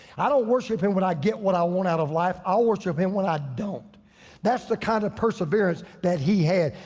i don't worship him when i get what i want out of life, i worship him when i don't that's the kind of perseverance that he had.